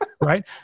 right